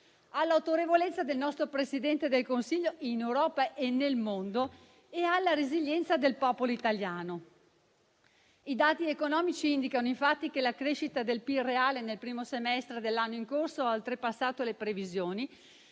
all'autorevolezza del nostro Presidente del Consiglio in Europa e nel mondo e alla resilienza del popolo italiano. I dati economici indicano, infatti, che la crescita del PIL reale nel primo semestre dell'anno in corso ha oltrepassato le previsioni,